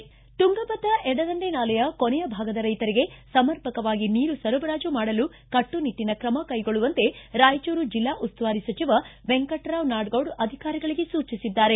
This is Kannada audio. ತುಂಗಭದ್ರಾ ಎಡದಂಡೆ ನಾಲೆಯ ಕೊನೆಯ ಭಾಗದ ರೈತರಿಗೆ ಸಮರ್ಪಕವಾಗಿ ನೀರು ಸರಬರಾಜು ಮಾಡಲು ಕಟ್ಟು ನಿಟ್ಟನ ಕ್ರಮ ಕೈಗೊಳ್ಳುವಂತೆ ರಾಯಚೂರು ಜಿಲ್ಲಾ ಉಸ್ತುವಾರಿ ಸಚಿವ ವೆಂಕಟರಾವ್ ನಾಡಗೌಡ ಅಧಿಕಾರಿಗಳಿಗೆ ಸೂಚಿಸಿದ್ದಾರೆ